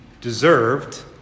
deserved